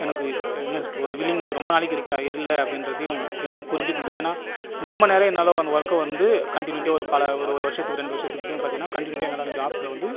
எனக்கு என்ன சொல்கிறது ஒரு வில்லிங் ரொம்ப நாளைக்கு இருக்கா இல்லை அப்படிங்றதையும் என்னால் புரிஞ்சுக்க முடியுது ஏன்னால் ரொம்ப நேரம் என்னால் ஒர்க்கை வந்து கன்டியூனிவிட்டியாக பல ஒரு வருஷத்துக்கு ரெண்டு வருஷத்துக்கு பார்த்தீங்ன்னா கன்டியூனிவிட்டியாக என்னால் வந்து ஜாப்ஸ்சில் வந்து